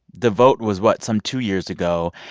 the vote was what? some two years ago,